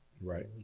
Right